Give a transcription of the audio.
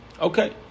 Okay